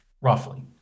roughly